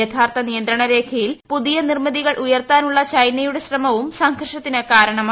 യഥാർത്ഥ നിന്ത്രണ രേഖയിൽ പുതിയ നിർമ്മിതികൾ ഉയർത്താനുള്ള ചൈനയുടെ ശ്രമവും സംഘർഷത്തിന് കാരണമായി